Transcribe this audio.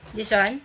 this one